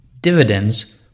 dividends